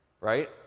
right